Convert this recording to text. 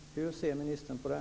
Hur ser ministern på det?